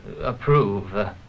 approve